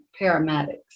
paramedics